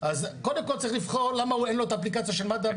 אז קודם כל צריך לבחון למה אין לו את האפליקציה של מד"א.